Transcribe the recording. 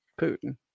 Putin